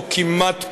או כמעט פה-אחד.